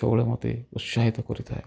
ସବୁବେଳେ ମୋତେ ଉତ୍ସାହିତ କରିଥାଏ